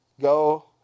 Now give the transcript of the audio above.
go